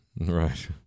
right